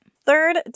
third